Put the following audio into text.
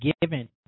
given